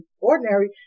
ordinary